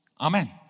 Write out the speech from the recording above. Amen